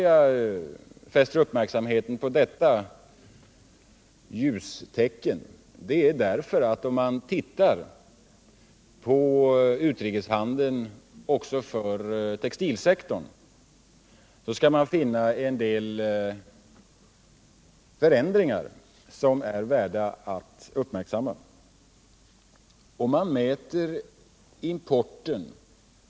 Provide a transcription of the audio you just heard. Jag fäster uppmärksamheten på denna ljusglimt därför att om man tittar på utrikeshandeln också för textilsektorn så skall man finna en del förändringar som är värda att uppmärksamma.